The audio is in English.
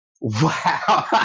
wow